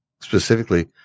specifically